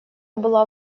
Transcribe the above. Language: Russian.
была